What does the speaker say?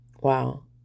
Wow